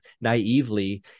naively